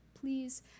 Please